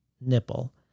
Nipple